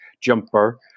jumper